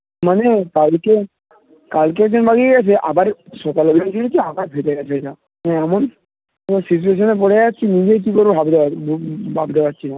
মানে কালকে কালকে একজন লাগিয়ে গেছে আবার সকালে উঠে দেখি আবার ফেটে গেছে ওইটা মানে এমন সিচুয়েশানে পড়ে আছি নিজেই কী করবো ভাবতে পারি ভাবতে পারছি না